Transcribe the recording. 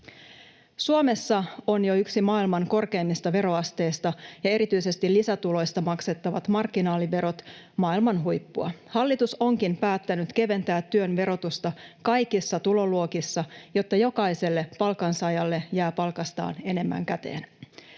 Suomessa on jo yksi maailman korkeimmista veroasteista ja erityisesti lisätuloista maksettavat marginaaliverot maailman huippua. Hallitus onkin päättänyt keventää työn verotusta kaikissa tuloluokissa, jotta jokaiselle palkansaajalle jää palkastaan enemmän käteen.